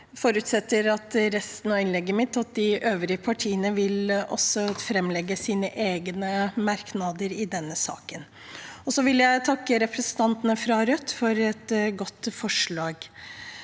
Jeg forutsetter i resten av innlegget mitt at de øvrige partiene vil framlegge sine egne merknader i denne saken, og så vil jeg takke representantene fra Rødt for et godt forslag.